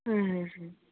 হ্যাঁ হ্যাঁ